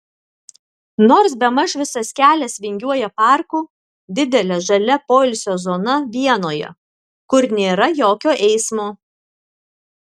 nors bemaž visas kelias vingiuoja parku didele žalia poilsio zona vienoje kur nėra jokio eismo